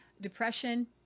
depression